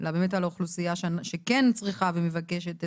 אלא באמת על האוכלוסייה שכן צריכה ומבקשת עזרה.